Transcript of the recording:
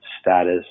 status